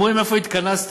הם רואים איפה התכנסתם.